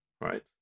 Right